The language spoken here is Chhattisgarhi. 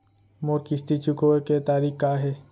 मोर किस्ती चुकोय के तारीक का हे?